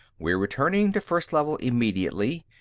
we're returning to first level immediately.